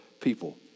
people